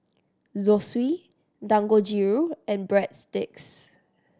Zosui Dangojiru and Breadsticks